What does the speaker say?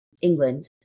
England